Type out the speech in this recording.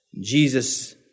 Jesus